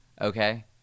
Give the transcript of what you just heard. Okay